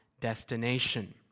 destination